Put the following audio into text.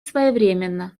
своевременно